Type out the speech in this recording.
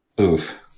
Oof